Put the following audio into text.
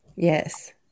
Yes